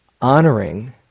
honoring